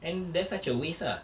and that's such a waste ah